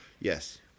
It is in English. Yes